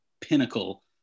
pinnacle